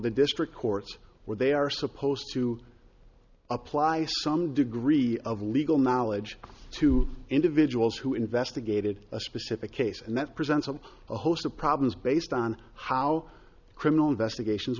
the district courts where they are supposed to apply some degree of legal knowledge to individuals who investigated a specific case and that presents a host of problems based on how criminal investigations